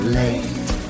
late